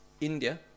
India